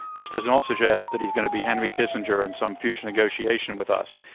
this does not suggest that he's going to be henry kissinger in some future negotiation with us.